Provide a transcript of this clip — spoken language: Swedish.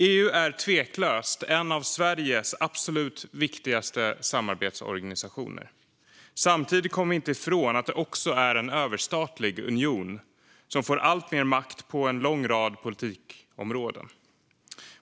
EU är tveklöst en av Sveriges absolut viktigaste samarbetsorganisationer. Samtidigt kommer vi inte ifrån att det också är en överstatlig union som får alltmer makt på en lång rad politikområden.